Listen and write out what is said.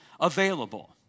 available